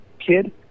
kid